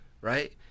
right